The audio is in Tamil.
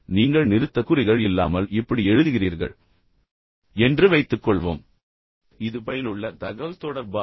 நீங்கள் நிறுத்தற்குறிகள் இல்லாமல் இப்படி எழுதுகிறீர்கள் என்று வைத்துக்கொள்வோம் இது பயனுள்ள தகவல்தொடர்பா